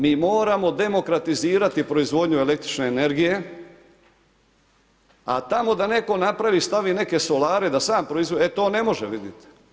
Mi moramo demokratizirati proizvodnju električne energije, a tamo da netko napravi, stavi neke solare da sam proizvodi, e to ne može vidite.